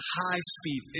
high-speed